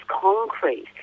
concrete